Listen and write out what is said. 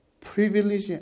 privilege